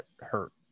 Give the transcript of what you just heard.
hurt